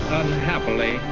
unhappily